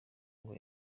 ngo